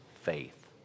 faith